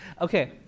Okay